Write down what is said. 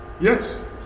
Yes